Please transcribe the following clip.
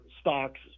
stocks